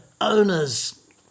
owners